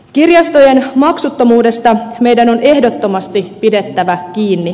kirjastojen maksuttomuudesta meidän on ehdottomasti pidettävä kiinni